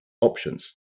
options